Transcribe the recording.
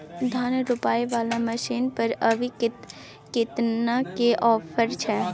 धान रोपय वाला मसीन पर अभी केतना के ऑफर छै?